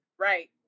right